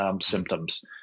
symptoms